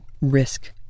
risk